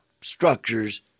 structures